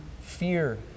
fear